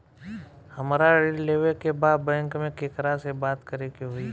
हमरा ऋण लेवे के बा बैंक में केकरा से बात करे के होई?